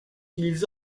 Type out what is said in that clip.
ils